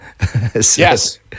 Yes